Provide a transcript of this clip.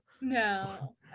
No